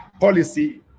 policy